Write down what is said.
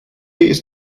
ist